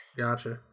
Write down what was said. gotcha